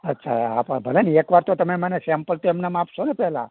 અચ્છા આપવા પડેને એકવાર તો તમે મને સેમ્પલ તો એમનેમ આપશોને પહેલા